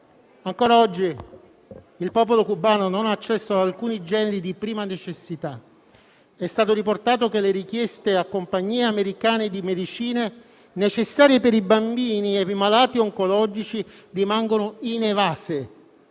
Ancora oggi il popolo cubano non ha accesso ad alcuni generi di prima necessità. È stato riportato che le richieste a compagnie americane di medicine necessarie per i bambini e i malati oncologici rimangono inevase.